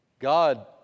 God